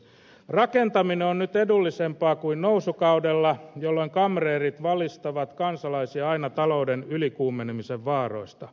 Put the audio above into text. rakentaminen on nyt edullisempaa kuin nousukaudella jolloin kamreerit valistavat kansalaisia aina talouden ylikuumenemisen vaaroista